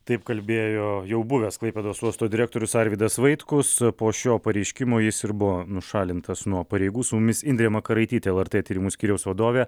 taip kalbėjo jau buvęs klaipėdos uosto direktorius arvydas vaitkus po šio pareiškimo jis ir buvo nušalintas nuo pareigų su mumis indrė makaraitytė lrt tyrimų skyriaus vadovė